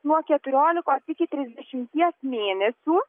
nuo keturiolikos iki trisdešimies mėnesių